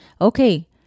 Okay